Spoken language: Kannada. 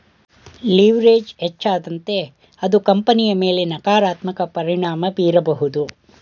ಲಿವರ್ಏಜ್ ಹೆಚ್ಚಾದಂತೆ ಅದು ಕಂಪನಿಯ ಮೇಲೆ ನಕಾರಾತ್ಮಕ ಪರಿಣಾಮ ಬೀರಬಹುದು